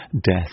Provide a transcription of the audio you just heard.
death